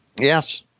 yes